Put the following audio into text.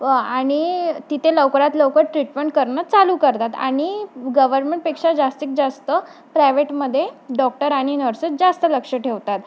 व आणि तिथे लवकरात लवकर ट्रीटमेंट करणं चालू करतात आणि गव्हर्मेंटपेक्षा जास्तीत जास्त प्रायव्हेटमध्ये डॉक्टर आणि नर्सेस जास्त लक्ष ठेवतात